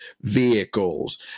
vehicles